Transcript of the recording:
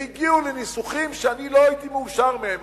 והגיעו לניסוחים שאני לא הייתי מאושר מהם,